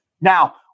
Now